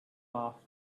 off